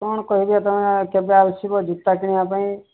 କ'ଣ କହିବି ତୁମେ କେବେ ଆସିବ ଜୋତା କିଣିବା ପାଇଁ